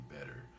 better